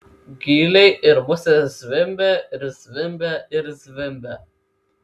gyliai ir musės zvimbia ir zvimbia ir zvimbia